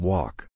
Walk